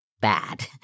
bad